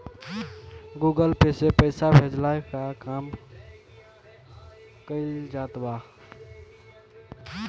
Google Pay से पईसा भेजला के काम कईल जात हवे